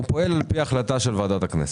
הוא פועל על פי החלטה של ועדת הכנסת.